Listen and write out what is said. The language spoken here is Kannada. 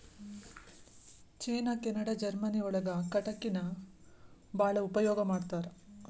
ಚೇನಾ ಕೆನಡಾ ಜರ್ಮನಿ ಒಳಗ ಕಟಗಿನ ಬಾಳ ಉಪಯೋಗಾ ಮಾಡತಾರ